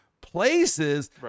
places